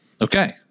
Okay